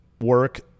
work